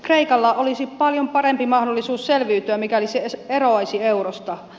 kreikalla olisi paljon parempi mahdollisuus selviytyä mikäli se eroaisi eurosta